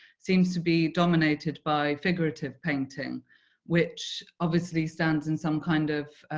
seems to be dominated by figure rative painting which obviously stands in some kind of